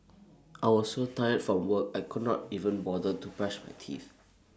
I was so tired from work I could not even bother to brush my teeth